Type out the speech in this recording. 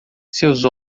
seus